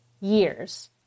years